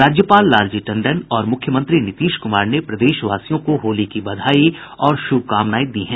राज्यपाल लालजी टंडन और मुख्यमंत्री नीतीश कुमार ने प्रदेशवासियों को होली की बधाई और शुभकामनाएं दी हैं